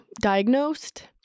diagnosed